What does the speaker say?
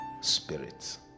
spirits